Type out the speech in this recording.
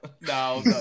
no